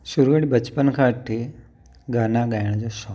शुरूअ वटि बचपन खां वठी गाना ॻाइण जो शौक़ु आहे